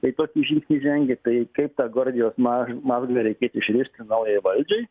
jei tokį žingsnį žengia tai kaip tą gordijaus maz mazgą reikės išrišti naujai valdžiai